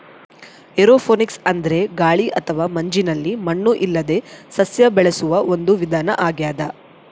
aeroponics ಅಂದ್ರೆ ಗಾಳಿ ಅಥವಾ ಮಂಜಿನಲ್ಲಿ ಮಣ್ಣು ಇಲ್ಲದೇ ಸಸ್ಯ ಬೆಳೆಸುವ ಒಂದು ವಿಧಾನ ಆಗ್ಯಾದ